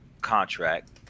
contract